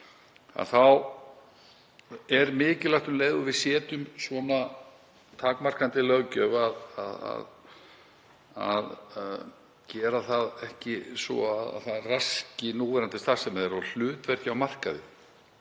Það er mikilvægt, um leið og við setjum svona takmarkandi löggjöf, að gera það ekki þannig að það raski núverandi starfsemi þeirra og hlutverki á markaði.